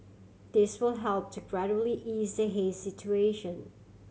this will help to gradually ease the haze situation